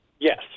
Yes